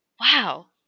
wow